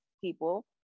people